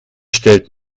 stellt